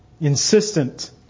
insistent